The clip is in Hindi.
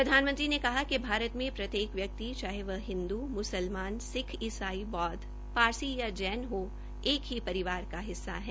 प्रधानमंत्री ने कहा कि भारत में प्रत्येक व्यक्तिचाहे वह हिन्दू म्सलमान सिक्ख इसाई बौद्व पारसी या जैन से हो एक ही परिवार का हिस्सा है